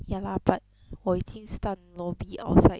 ya lah but 我已经站 lobby outside